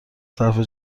صرفه